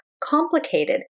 complicated